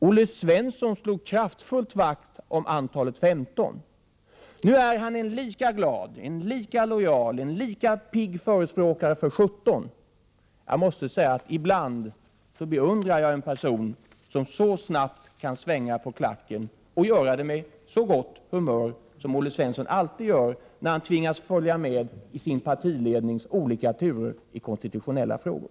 Olle Svensson slog kraftfullt vakt om antalet 15. Nu är han en lika glad, en lika lojal, en lika pigg förespråkare för 17. Jag måste säga att ibland beundrar jag en person som så snabbt kan svänga på klacken och göra det med så gott humör som Olle Svensson alltid visar, när han tvingas följa med i sin partilednings olika turer i konstitutionella frågor.